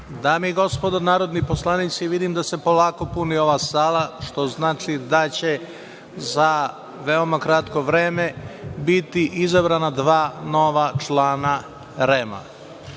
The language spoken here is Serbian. Dame i gospodo narodni poslanici, vidim da se polako puni ova sala, što znači da će za veoma kratko vreme biti izabrana dva nova člana